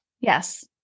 Yes